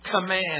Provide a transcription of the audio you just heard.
Command